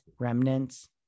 Remnants